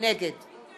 נגד